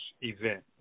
event